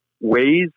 ways